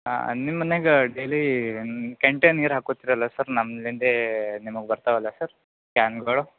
ಹಾಂ ನಿಮ್ಮ ಮನೇಗೆ ಡೇಲಿ ಕೆಂಟೇ ನೀರು ಹಾಕ್ಕೋತ್ತೀರಲ್ವ ಸರ್ ನಮ್ಮ ಲೈನ್ದೇ ನಿಮಗೆ ಬರ್ತಾವಲ್ವ ಸರ್ ಕ್ಯಾನ್ಗಳು